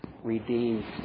redeemed